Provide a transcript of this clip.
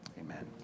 amen